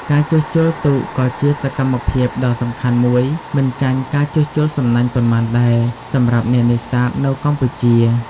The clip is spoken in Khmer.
ការជួសជុលទូកក៏ជាសកម្មភាពដ៏សំខាន់មួយមិនចាញ់ការជួសជុលសំណាញ់ប៉ុន្មានដែរ សម្រាប់អ្នកនេសាទនៅកម្ពុជា។